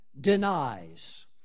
denies